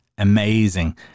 Amazing